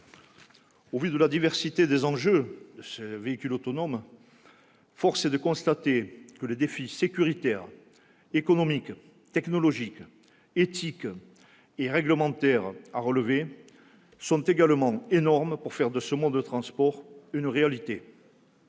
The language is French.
Au vu de la diversité des enjeux liés à la voiture autonome, force est de constater que les défis sécuritaires, économiques, technologiques, éthiques et réglementaires à relever pour faire de ce mode de transport une réalité